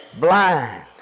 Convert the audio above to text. blind